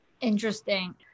Interesting